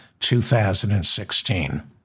2016